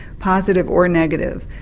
positive or negative,